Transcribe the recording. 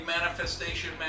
manifestation